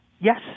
Yes